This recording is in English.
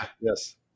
yes